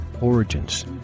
Origins